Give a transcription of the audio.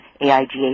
AIGA